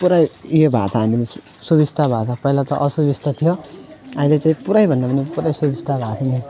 पुरै यो भएको छ हामीलाई सुबिस्ता भएको छ पहिला त असुबिस्ता थियो अहिले चाहिँ पुरै भन्दा पनि पुरै सुबिस्ता भएको छ